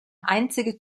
einzige